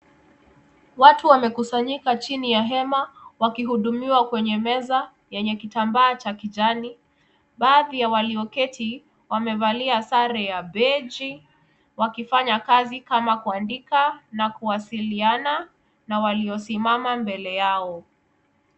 Watu wamekusanyika chini ya hema wakihudumiwa kwenye meza ya kitambaa cha kijani. Baadhi ya walioleti wamevaa sare ya benchi wakifanya kazi kama kuandika na kuwasiliana na waliosimama mbele yao.